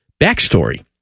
Backstory